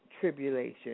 tribulation